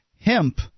hemp